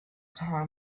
time